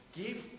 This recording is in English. give